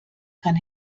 kann